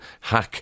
hack